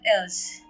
else